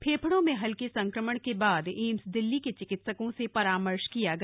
फेफड़ों में हल्के संक्रमण के बाद एम्स दिल्ली के चिकित्सकों से परामर्श किया गया